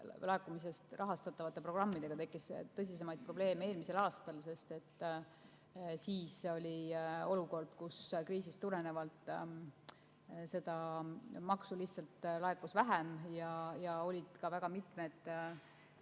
Laekumisest rahastatavate programmidega tekkis tõsisemaid probleeme eelmisel aastal, sest siis oli olukord, kus kriisist tulenevalt seda maksu lihtsalt laekus vähem ja väga mitmed